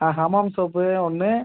ஆ Hamam soap ஒன்று